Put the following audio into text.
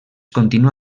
continua